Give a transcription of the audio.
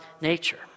nature